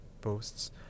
posts